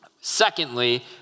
Secondly